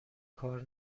کار